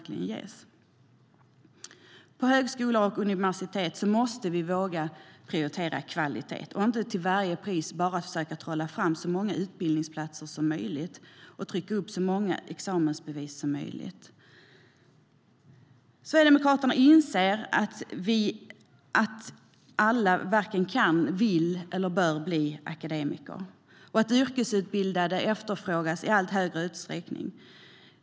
På högskolor och universitet måste vi våga prioritera kvalitet, inte bara till varje pris försöka trolla fram så många utbildningsplatser som möjligt och trycka upp så många examensbevis som möjligt. Sverigedemokraterna inser att alla inte kan, vill eller bör bli akademiker och att yrkesutbildade efterfrågas i en allt större utsträckning.